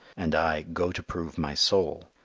and i go to prove my soul.